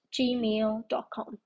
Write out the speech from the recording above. gmail.com